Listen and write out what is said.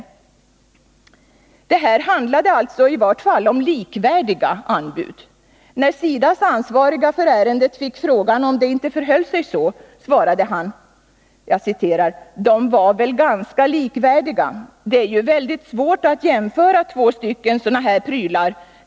Det här handlade alltså om i varje fall likvärdiga anbud. När SIDA:s för ärendet ansvarige fick frågan om det inte förhöll sig så svarade han: ”Dom var väl ganska likvärdiga. Det är ju väldigt svårt att jämföra två stycken såna här prylar.